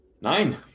Nine